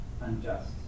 unjust